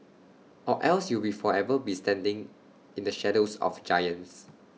or else you will forever be standing in the shadows of giants